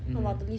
mmhmm